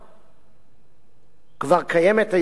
כבר קיימת היום בחוק-יסוד לא זהה,